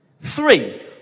Three